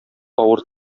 авыр